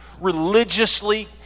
religiously